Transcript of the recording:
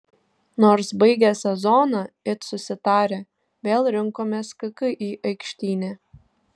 nors baigę sezoną it susitarę vėl rinkomės kki aikštyne